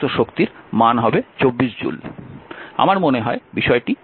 আমার মনে হয় বিষয়টি সহজ